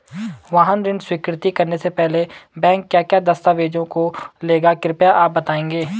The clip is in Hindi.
वाहन ऋण स्वीकृति करने से पहले बैंक क्या क्या दस्तावेज़ों को लेगा कृपया आप बताएँगे?